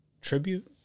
tribute